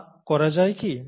তা করা যায় কি